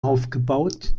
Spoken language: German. aufgebaut